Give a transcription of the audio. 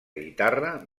guitarra